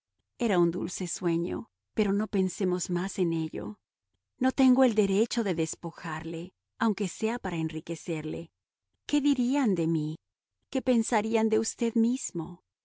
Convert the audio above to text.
era un dulce sueño pero no pensemos más en ello no tengo el derecho de despojarle aunque sea para enriquecerle qué dirían de mí qué pensarían de usted mismo